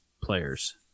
Players